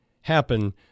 happen